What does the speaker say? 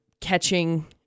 catching